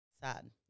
Sad